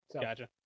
Gotcha